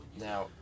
Now